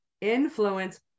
Influence